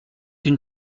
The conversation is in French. une